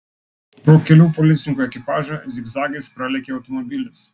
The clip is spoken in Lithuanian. pro kelių policininkų ekipažą zigzagais pralekia automobilis